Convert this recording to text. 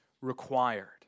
required